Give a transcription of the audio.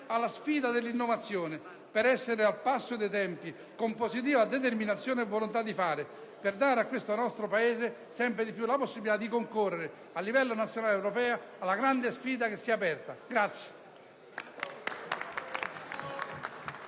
alla sfida dell'innovazione per essere al passo dei tempi con positiva determinazione e volontà di fare, per dare a questo nostro Paese sempre di più la possibilità di concorrere, a livello nazionale ed europeo, alla grande sfida che si è aperta.